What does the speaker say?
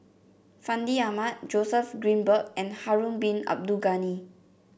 Fandi Ahmad Joseph Grimberg and Harun Bin Abdul Ghani